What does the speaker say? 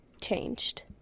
changed